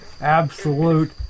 absolute